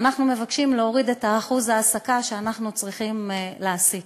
אנחנו מבקשים להוריד את אחוז ההעסקה שאנחנו צריכים להעסיק.